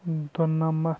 دُنَمَتھ